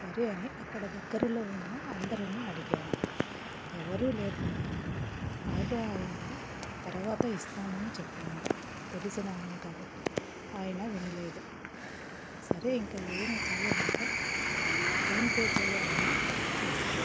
సరే అని అక్కడ దగ్గరలో ఉన్న అందరిని అడిగాను ఎవరు లేదన్నారు ఆటో ఆయనకి తర్వాత ఇస్తానని చెప్పాను తెలిసిన ఆయన కాబట్టి ఆయన వినలేదు సరే ఇంక ఏమి చేయలేక ఫోన్పే చేయాలని చేశాను